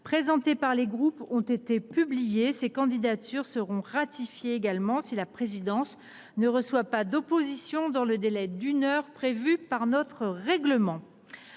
présentés par les groupes ont été publiées. Ces candidatures seront ratifiées si la présidence ne reçoit pas d’opposition dans le délai d’une heure prévu par notre règlement.